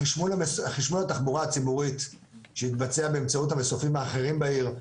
חשמול התחבורה הציבורית שהתבצע באמצעות המסופים האחרים בעיר,